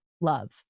love